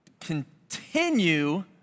continue